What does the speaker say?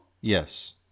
Yes